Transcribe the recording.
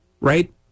right